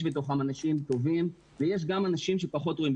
יש בתוכם אנשים טובים ויש בתוכם אנשים שהם פחות ראויים,